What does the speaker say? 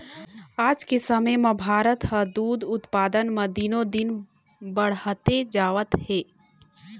आज के समे म भारत ह दूद उत्पादन म दिनो दिन बाड़हते जावत हे